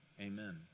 Amen